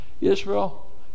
Israel